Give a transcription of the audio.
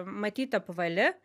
matyt apvali